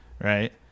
Right